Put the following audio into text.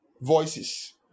Voices